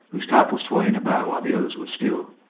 whose top was swaying about while the others were still.